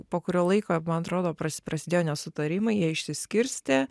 po kurio laiko man atrodo pras prasidėjo nesutarimai jie išsiskirstė